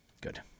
Good